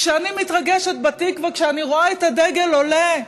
כשאני מתרגשת בהתקווה, כשאני רואה את הדגל עולה.